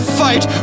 fight